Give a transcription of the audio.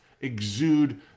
exude